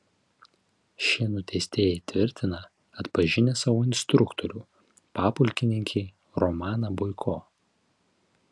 šie nuteistieji tvirtina atpažinę savo instruktorių papulkininkį romaną boiko